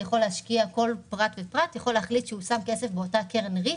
כל פרט ופרט יכול להחליט שהוא שם באותה קרן ריט.